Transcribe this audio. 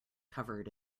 covered